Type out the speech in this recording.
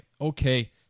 okay